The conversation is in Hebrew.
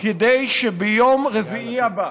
כדי שביום רביעי הבא,